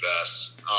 best